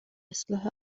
اصلاح